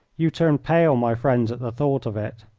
you turn pale, my friends, at the thought of it.